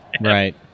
right